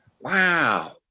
wow